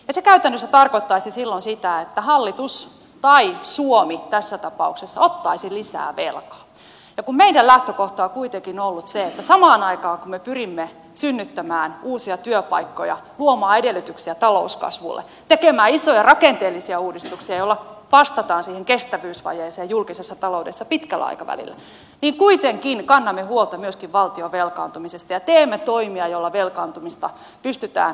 se käytännössä tarkoittaisi silloin sitä että hallitus tai suomi tässä tapauksessa ottaisi lisää velkaa ja kun meidän lähtökohtamme on kuitenkin ollut se että samaan aikaan kun me pyrimme synnyttämään uusia työpaikkoja luomaan edellytyksiä talouskasvulle tekemään isoja rakenteellisia uudistuksia joilla vastataan siihen kestävyysvajeeseen julkisessa taloudessa pitkällä aikavälillä me kannamme kuitenkin huolta myöskin valtion velkaantumisesta ja teemme toimia joilla velkaantumista pystytään lähivuosina taittamaan